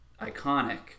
iconic